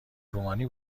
رومانی